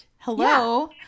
hello